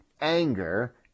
anger